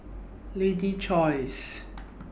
Lady's Choice